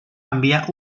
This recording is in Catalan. enviar